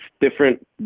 different